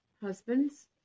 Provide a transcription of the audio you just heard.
Husbands